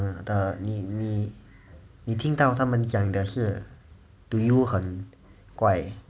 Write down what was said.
额你你听到他们讲的是 to you 很怪